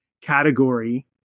category